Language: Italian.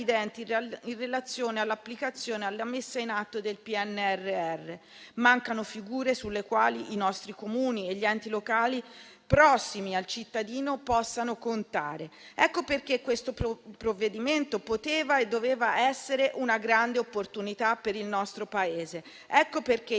in relazione all'applicazione e alla messa in atto del PNRR. Mancano figure sulle quali i nostri Comuni e gli enti locali, prossimi al cittadino, possano contare. Ecco perché questo provvedimento poteva e doveva essere una grande opportunità per il nostro Paese. Ecco perché